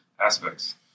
aspects